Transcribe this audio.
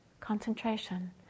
concentration